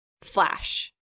flash